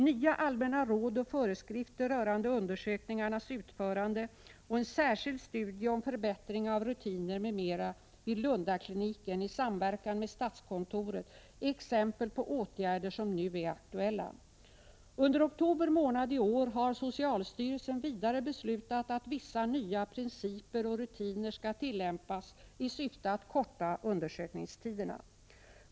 Nya allmänna råd och föreskrifter rörande undersökningarnas utförande och en särskild studie om förbättring av rutiner m.m. vid Lunda-kliniken i samverkan med statskontoret är exempel på åtgärder som nu är aktuella. Under oktober månad i år har socialstyrelsen vidare beslutat att vissa nya principer och rutiner skall tillämpas i syfte att korta undersökningstiderna.